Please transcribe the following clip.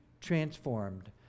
transformed